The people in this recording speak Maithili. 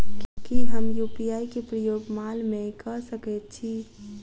की हम यु.पी.आई केँ प्रयोग माल मै कऽ सकैत छी?